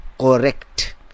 Correct